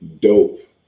dope